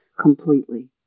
Completely